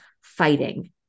fighting